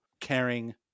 caring